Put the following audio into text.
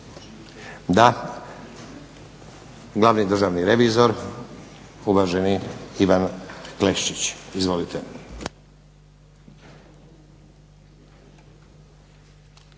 Da. Glavni državni revizor uvaženi Ivan Klešić. **Klešić,